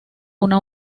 una